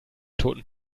toten